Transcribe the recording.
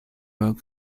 boat